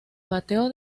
bateo